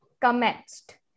commenced